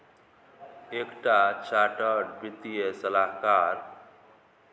एक टा चार्टर्ड वित्तीय सलाहकार